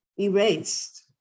erased